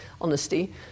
honesty